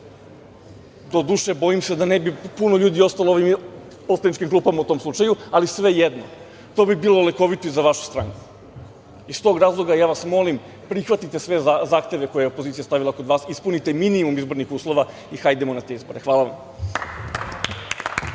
Doduše, bojim se da ne bi puno ljudi ostalo u ovim poslaničkim klupama u tom slučaju, ali svejedno, to bi bilo lekovito i za vašu stranku. Iz tog razloga, ja vas molim, prihvatite sve zahteve koje je opozicija stavila pred vas, ispunite minimum izbornih uslova i hajdemo na te izbore. Hvala vam.